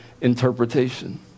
interpretation